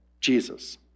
Jesus